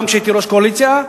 גם כשהייתי ראש קואליציה,